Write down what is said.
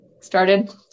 started